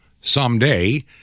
someday